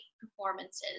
performances